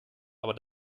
aber